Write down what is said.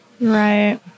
Right